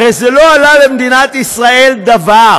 הרי זה לא עלה למדינת ישראל דבר,